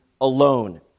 alone